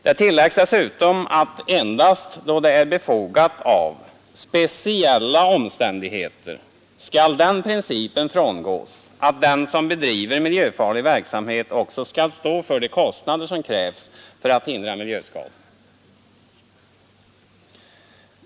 Det tilläggs dessutom att endast då det är befogat av speciella omständigheter skall den principen frångås att den som bedriver miljöfarlig verksamhet också skall stå för de kostnader som krävs för att hindra miljöskador.